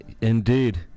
Indeed